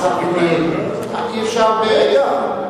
וילנאי, אי-אפשר.